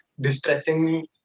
distressing